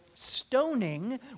Stoning